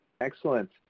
Excellent